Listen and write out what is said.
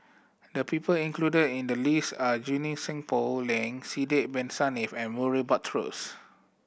the people included in the list are Junie Sng Poh Leng Sidek Bin Saniff and Murray Buttrose